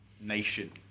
nation